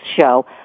Show